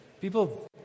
People